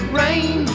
rain